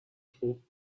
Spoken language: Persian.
خوب